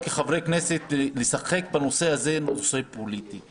שגם ההחלטה שלנו לשנת 2021 היא לוותר על תוספת שכר כסיעה.